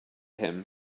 him